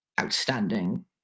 outstanding